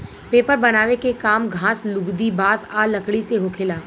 paper बनावे के काम घास, लुगदी, बांस आ लकड़ी से होखेला